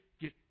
get